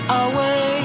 away